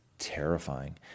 terrifying